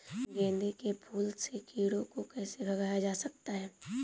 गेंदे के फूल से कीड़ों को कैसे भगाया जा सकता है?